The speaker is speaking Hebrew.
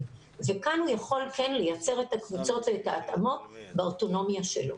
וכאן הוא כן יכול לייצר את הקבוצות באוטונומיה שלו,